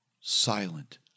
silent